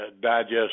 digest